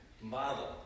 model